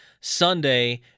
Sunday